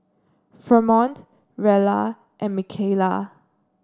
Fremont Rella and Micayla